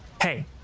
Hey